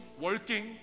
working